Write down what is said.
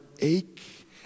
ache